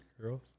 girls